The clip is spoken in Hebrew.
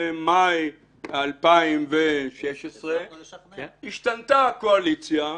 במאי 2016 השתנתה הקואליציה.